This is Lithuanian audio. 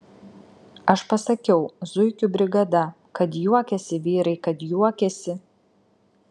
aš pasakiau zuikių brigada kad juokėsi vyrai kad juokėsi